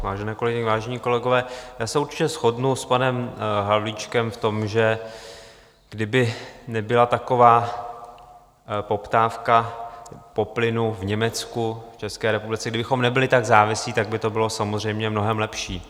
Vážené kolegyně, vážení kolegové, já se určitě shodnu s panem Havlíčkem v tom, že kdyby nebyla taková poptávka po plynu v Německu, v České republice, kdybychom nebyli tak závislí, tak by to bylo samozřejmě mnohem lepší.